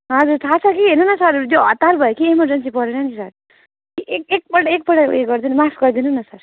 हजुर थाह छ कि हेर्नु न सर त्यो हतार भयो कि इमरजेन्सी परेर नि सर एक एकपल्ट एकपल्ट उयो गरिदिनु न माफ गरिदिनु न सर